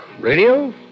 radio